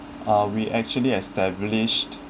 we actually established